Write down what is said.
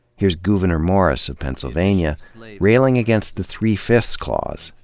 here's gouverneur morris of pennsylvania railing against the three-fifths clause,